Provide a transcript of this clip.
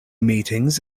meetings